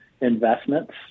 investments